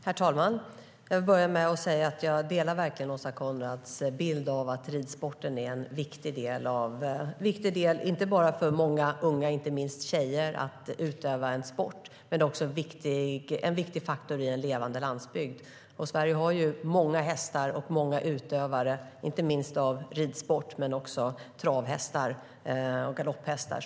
Herr talman! Jag vill börja med att säga att jag verkligen delar Åsa Coenraads syn att ridsporten är viktig eftersom många unga, inte minst tjejer, utövar sporten. Den är också en viktig faktor i en levande landsbygd. Sverige har många hästar och många utövare. Det gäller särskilt ridhästar men även trav och galopphästar.